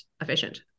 efficient